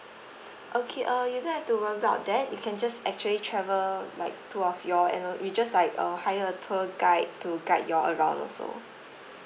okay uh you don't have to worry about that you can just actually travel like two of y'all and we just like uh hire a tour guide to guide you around also